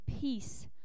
peace